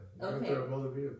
Okay